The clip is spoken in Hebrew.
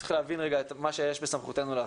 צריך להבין את מה שיש בסמכותנו לעשות.